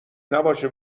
نباشه